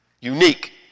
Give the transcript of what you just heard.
unique